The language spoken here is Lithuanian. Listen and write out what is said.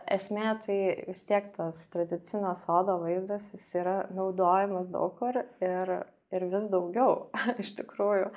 esmė tai vis tiek tas tradicinio sodo vaizdas jis yra naudojamas daug kur ir ir vis daugiau iš tikrųjų